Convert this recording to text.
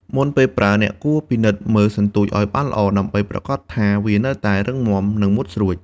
មុនពេលប្រើ អ្នកគួរពិនិត្យមើលសន្ទូចឲ្យបានល្អ ដើម្បីប្រាកដថាវានៅតែរឹងមាំ និងមុតស្រួច។